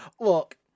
look